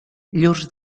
llurs